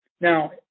Now